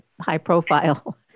high-profile